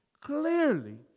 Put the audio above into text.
clearly